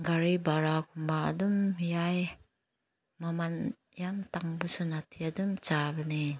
ꯒꯥꯔꯤ ꯕꯔꯥꯒꯨꯝꯕ ꯑꯗꯨꯝ ꯌꯥꯏ ꯃꯃꯟ ꯌꯥꯝ ꯇꯥꯡꯕꯁꯨ ꯅꯠꯇꯦ ꯑꯗꯨꯝ ꯆꯥꯕꯅꯦ